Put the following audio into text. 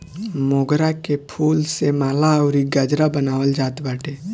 मोगरा के फूल से माला अउरी गजरा बनावल जात बाटे